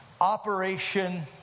operation